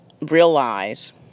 realize